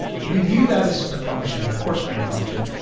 you can view that as just a function, a coarse-grain function.